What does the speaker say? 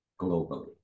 globally